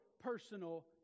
personal